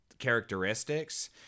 characteristics